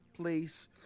place